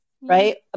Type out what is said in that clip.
right